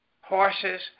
horses